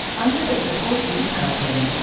under the support details heading,